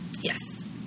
Yes